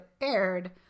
aired